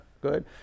good